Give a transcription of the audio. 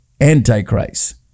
Antichrist